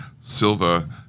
Silva